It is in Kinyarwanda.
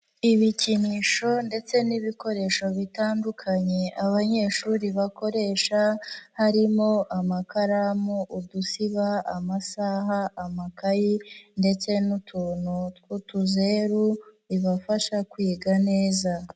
Ibikinisho ndetse n'ibikoresho bitandukanye abanyeshuri bakoresha, harimo amakaramu, udusiba, amasaha, amakayi ndetse n'utuntu tw'utuzeru, bibafasha kwiga neza.